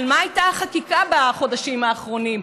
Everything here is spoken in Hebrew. גם בחודש הנורא הזה.